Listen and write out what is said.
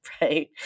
right